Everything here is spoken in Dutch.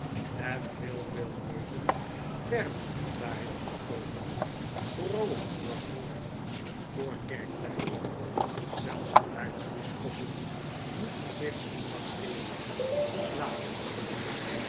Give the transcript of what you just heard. en heel veel neuzen werden daarin gestoken vooral op zondagmorgen voor kerktijd zelfs aartsbisschoppen moeten zich s zondags scheren of laten scheren